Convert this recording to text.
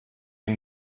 den